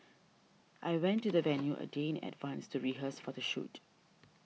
I went to the venue a day in advance to rehearse for the shoot